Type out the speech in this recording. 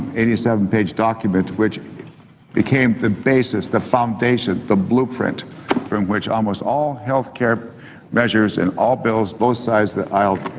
eighty seven page document which became the basis, the foundation, the blueprint from which almost all healthcare measures and all bills, both sides of the aisle,